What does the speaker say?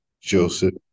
Joseph